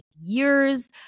years